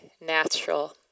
natural